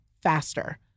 faster